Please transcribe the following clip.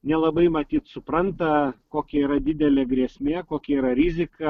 nelabai matyt supranta kokia yra didelė grėsmė kokia yra rizika